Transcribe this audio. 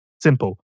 Simple